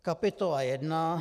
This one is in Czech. Kapitola 1.